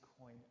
coin